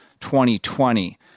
2020